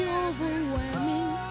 overwhelming